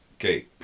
okay